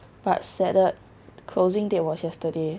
but sadded closing date was yesterday